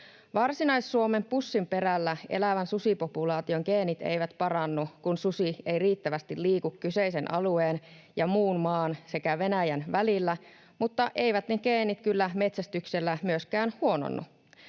Varsinais-Suomen pussinperällä elävän susipopulaation geenit eivät parannu, kun susi ei riittävästi liiku kyseisen alueen ja muun maan sekä Venäjän välillä, mutta eivät ne geenit kyllä metsästyksellä myöskään huononnu.